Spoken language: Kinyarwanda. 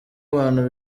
abantu